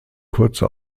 kurze